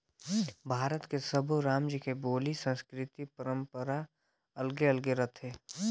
भारत के सब्बो रामज के बोली, संस्कृति, परंपरा अलगे अलगे रथे